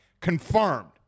Confirmed